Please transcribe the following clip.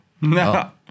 No